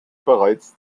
bereits